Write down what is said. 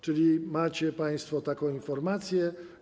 Czyli macie państwo taką informację.